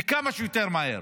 וכמה שיותר מהר.